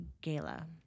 gala